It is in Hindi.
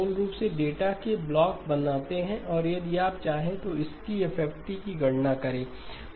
मूल रूप से डेटा के ब्लॉक बनाते हैं और यदि आप चाहें तो इसकी FFT की गणना करें